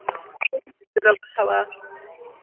بِہِو رۄبَس حَوالہٕ